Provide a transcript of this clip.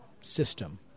system